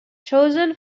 chosen